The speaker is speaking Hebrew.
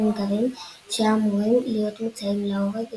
הונגרים שהיו אמורים להיות מוצאים להורג למחרת.